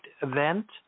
event